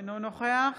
אינו נוכח